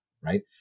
Right